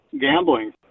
gambling